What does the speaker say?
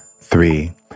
three